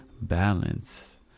balance